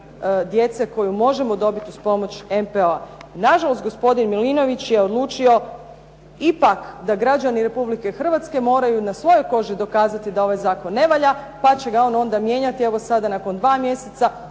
djece koju možemo dobiti uz pomoć MPO-a. Nažalost gospodin Milinović je odlučio ipak da građani Republike Hrvatske moraju na svojoj koži dokazati da ovaj zakon ne valja, pa će ga on onda mijenjati. Evo sada nakon 2 mjeseca,